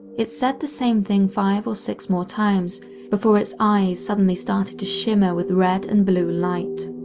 it said the same thing five or six more times before its eyes suddenly started to shimmer with red and blue light.